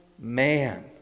Man